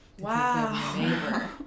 Wow